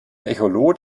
echolot